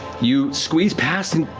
you squeeze past and